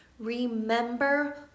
Remember